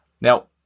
now